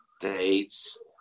dates